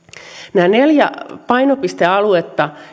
nämä neljä painopistealuetta